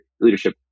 leadership